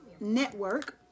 Network